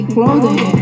Clothing